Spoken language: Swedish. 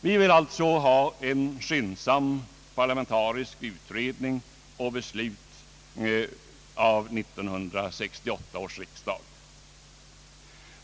Vi vill alltså ha en skyndsam parlamentarisk utredning och beslut av 1968 års riksdag.